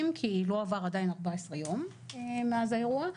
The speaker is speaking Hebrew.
כי לא עברו עדיין 14 יום מאז האירוע,